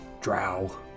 Drow